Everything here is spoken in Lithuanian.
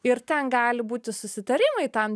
ir ten gali būti susitarimai tam